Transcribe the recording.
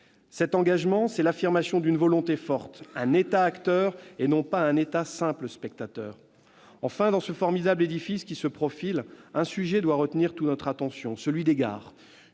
Cet engagement est l'affirmation d'une volonté forte : un État acteur, et non pas simple spectateur ! Enfin, dans ce formidable édifice qui se profile, un sujet doit retenir toute notre attention : les gares.